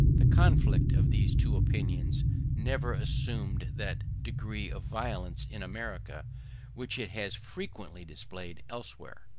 the conflict of these two opinions never assumed that degree of violence in america which it has frequently displayed elsewhere.